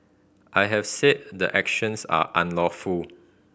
I have said the actions are unlawful